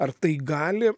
ar tai gali